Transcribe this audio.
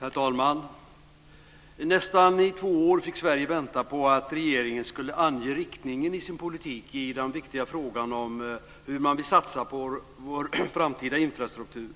Herr talman! I nästan två år fick Sverige vänta på att regeringen skulle ange riktningen i sin politik i den viktiga frågan om hur man vill satsa på vår framtida infrastruktur.